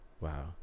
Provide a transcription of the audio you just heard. wow